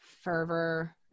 fervor